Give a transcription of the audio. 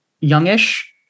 youngish